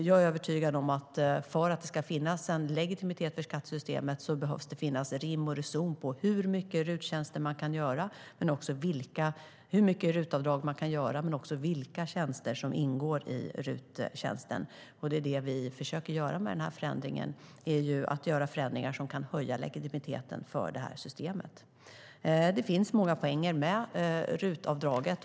Jag är övertygad om att det för att det ska finnas en legitimitet i skattesystemet behöver finnas rim och reson i hur mycket RUT-avdrag man kan göra men också i vilka tjänster som ingår i RUT. Det vi försöker göra är förändringar som kan höja legitimiteten för det här systemet. Det finns många poänger med RUT-avdraget.